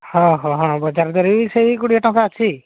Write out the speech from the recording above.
ହଁ ହଁ ହଁ ବଜାର ଦର ବି ସେଇ କୋଡ଼ିଏ ଟଙ୍କା ଅଛି